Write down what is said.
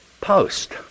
post